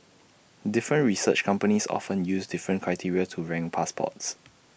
different research companies often use different criteria to rank passports